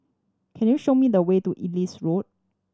can you show me the way to Ellis Road